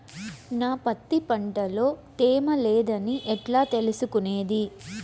నా పత్తి పంట లో తేమ లేదని ఎట్లా తెలుసుకునేది?